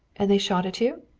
and they shot at you?